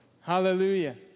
Hallelujah